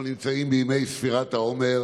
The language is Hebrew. אנחנו נמצאים בימי ספירת העומר,